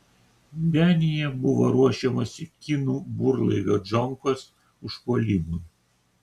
denyje buvo ruošiamasi kinų burlaivio džonkos užpuolimui